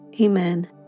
Amen